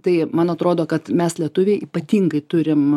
tai man atrodo kad mes lietuviai ypatingai turim